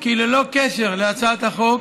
כי ללא קשר להצעת החוק,